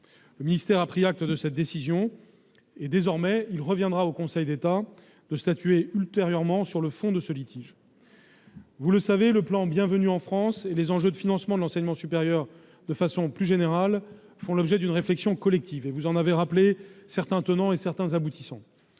Le ministère a pris acte de cette décision. Désormais, il reviendra au Conseil d'État de statuer ultérieurement sur le fond de ce litige. Vous le savez, le plan Bienvenue en France et, de façon plus générale, les enjeux de financement de l'enseignement supérieur font l'objet d'une réflexion collective, dont vous avez rappelé certains tenants et aboutissants.